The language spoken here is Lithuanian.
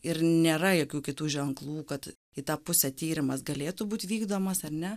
ir nėra jokių kitų ženklų kad į tą pusę tyrimas galėtų būti vykdomas ar ne